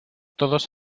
todos